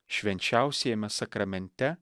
švenčiausiajame sakramente